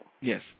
Yes